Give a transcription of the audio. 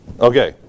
Okay